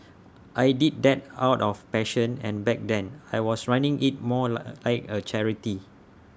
I did that out of passion and back then I was running IT more like A charity